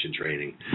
training